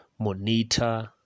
Monita